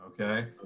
Okay